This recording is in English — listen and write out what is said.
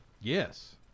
Yes